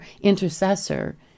intercessor